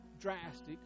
drastic